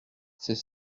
c’est